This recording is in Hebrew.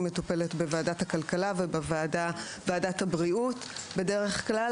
היא מטופלת בוועדת הכלכלה ובוועדת הבריות בדרך כלל,